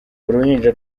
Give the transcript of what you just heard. uruhinja